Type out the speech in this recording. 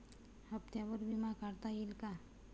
हप्त्यांवर विमा काढता येईल का?